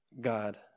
God